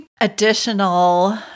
additional